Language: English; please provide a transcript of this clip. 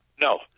No